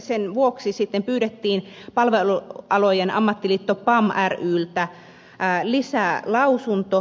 sen vuoksi sitten pyydettiin palvelualojen ammattiliitto pam ryltä lisälausunto